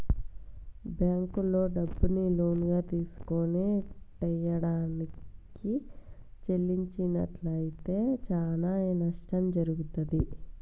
బ్యేంకుల్లో డబ్బుని లోనుగా తీసుకొని టైయ్యానికి చెల్లించనట్లయితే చానా నష్టం జరుగుతాది